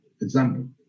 example